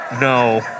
no